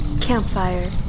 Campfire